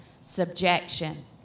subjection